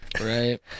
Right